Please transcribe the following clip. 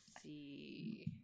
see